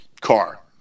car